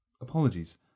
Apologies